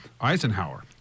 Eisenhower